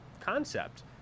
concept